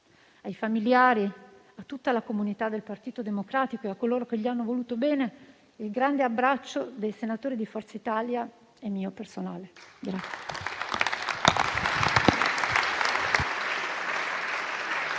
Ai familiari, a tutta la comunità del Partito Democratico e a coloro che gli hanno voluto bene, il grande abbraccio dei senatori di Forza Italia e mio personale.